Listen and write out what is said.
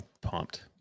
pumped